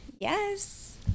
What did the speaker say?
Yes